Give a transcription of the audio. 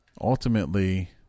ultimately